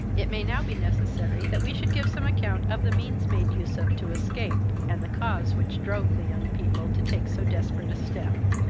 it may now be necessary that we should give some account of the means made use of to escape, and the cause which drove the young people to take so desperate a step.